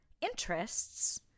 interests